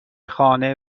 خانه